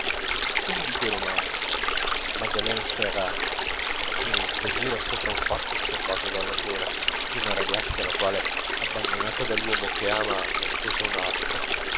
uno di quei romanzi madeleine férat che s'aggira sopra un fatto osservato dall'autore d'una ragazza la quale abbandonata dall'uomo che ama ne sposa un altro